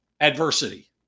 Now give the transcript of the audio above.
adversity